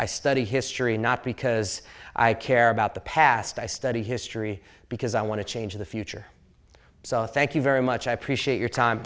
i study history not because i care about the past i study history because i want to change the future so thank you very much i appreciate your time